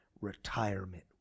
retirement